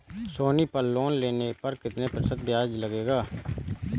सोनी पल लोन लेने पर कितने प्रतिशत ब्याज लगेगा?